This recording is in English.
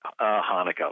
Hanukkah